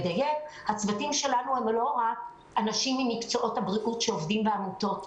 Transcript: הצוותים שלנו הם לא רק אנשים ממקצועות הבריאות שעובדים בעמותות.